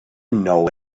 know